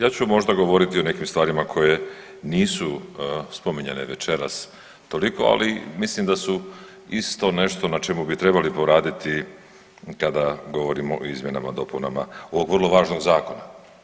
Ja ću možda govoriti o nekim stvarima koje nisu spominjane večeras toliko, ali mislim da su isto nešto na čemu bi trebali poraditi kada govorimo o izmjenama i dopunama ovog vrlo važnog zakona.